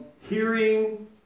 hearing